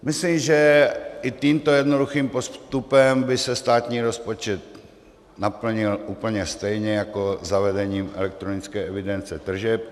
Myslím, že i tímto jednoduchým postupem by se státní rozpočet naplnil úplně stejně jako zavedením elektronické evidence tržeb.